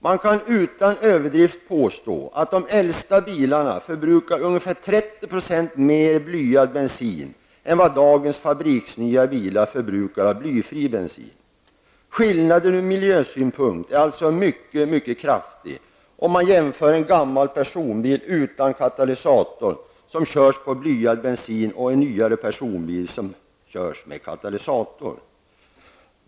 Man kan utan överdrift påstå att de äldsta bilarna förbrukar ungefär 30 % mer blyad bensin än vad dagens fabriksnya bilar förbrukar av blyfri bensin. Skillnaden ur miljösynpunkt är alltså mycket kraftig mellan en gammal personbil utan katalysator som körs på blyad bensin och en nyare personbil som har katalysator.